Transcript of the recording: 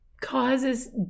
causes